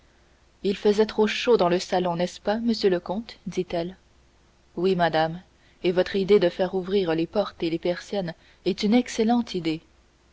il faisait trop chaud dans le salon n'est-ce pas monsieur le comte dit-elle oui madame et votre idée de faire ouvrir les portes et les persiennes est une excellente idée